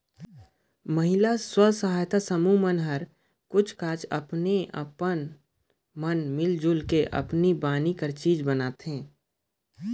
महिला स्व सहायता समूह मन हर कुछ काछ अपने अपन मन मिल जुल के आनी बानी कर चीज बनाथे